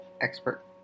expert